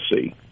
see